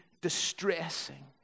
distressing